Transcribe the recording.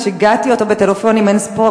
ששיגעתי אותו בטלפונים אין-ספור,